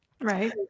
Right